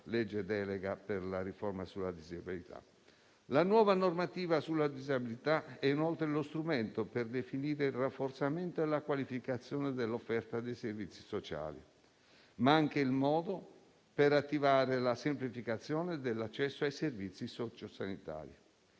legge delega per la riforma sulla disabilità. La nuova normativa sulla disabilità è inoltre lo strumento per definire il rafforzamento e la qualificazione dell'offerta dei servizi sociali, ma anche il modo per attivare la semplificazione dell'accesso ai servizi socio-sanitari.